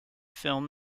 film